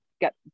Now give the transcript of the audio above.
get